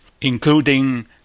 including